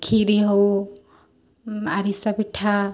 କ୍ଷୀରି ହଉ ଆରିସା ପିଠା